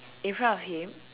in front of him